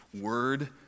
word